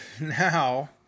now